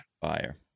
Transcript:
Fire